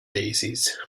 daisies